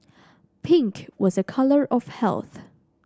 pink was a colour of health